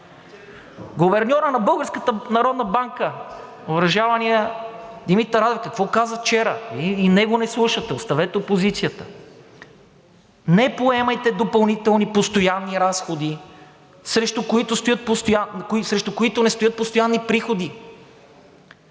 народна банка, уважаваният Димитър Радев, какво каза вчера? И него не слушате, оставете опозицията: „Не поемайте допълнителни, постоянни разходи, срещу които не стоят постоянни приходи,